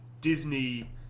Disney